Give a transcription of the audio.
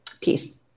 peace